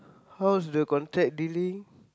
how was the contact dealing